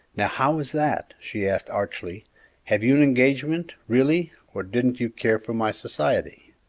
now, how is that? she asked archly have you an engagement, really, or didn't you care for my society?